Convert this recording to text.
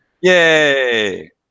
Yay